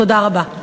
תודה רבה.